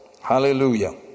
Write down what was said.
Hallelujah